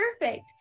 Perfect